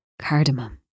cardamom